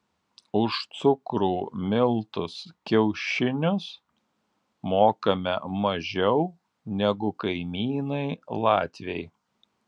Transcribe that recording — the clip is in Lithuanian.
už cukrų miltus kiaušinius mokame mažiau negu kaimynai latviai